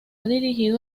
dirigido